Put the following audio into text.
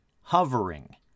Hovering